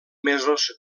mesos